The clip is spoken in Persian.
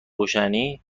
روشنی